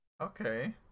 Okay